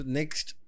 next